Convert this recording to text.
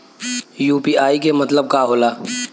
UPI के मतलब का होला?